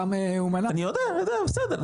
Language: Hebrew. אני יודע, אני יודע, בסדר.